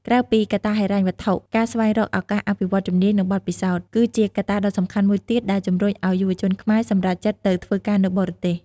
ក្រៅពីកត្តាហិរញ្ញវត្ថុ ការស្វែងរកឱកាសអភិវឌ្ឍជំនាញ និងបទពិសោធន៍ គឺជាកត្តាដ៏សំខាន់មួយទៀតដែលជំរុញឱ្យយុវជនខ្មែរសម្រេចចិត្តទៅធ្វើការនៅបរទេស។